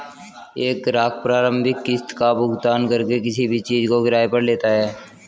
एक ग्राहक प्रारंभिक किस्त का भुगतान करके किसी भी चीज़ को किराये पर लेता है